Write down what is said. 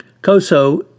COSO